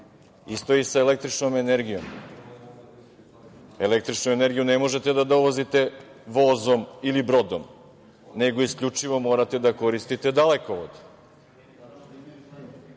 isto je i sa električnom energijom. Električnu energiju ne možete da dovozite vozom ili brodom, nego isključivo morate da koristite dalekovod. Tu